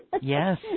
Yes